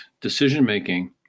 decision-making